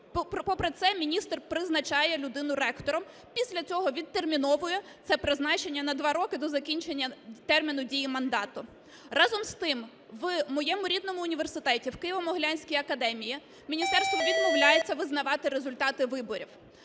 попри це міністр призначає людину ректором, після цього відтерміновує це призначення на 2 роки, до закінчення терміну дії мандату. Разом з тим, в моєму рідному університеті в Києво-Могилянській академії міністерство відмовляється визнавати результати виборів.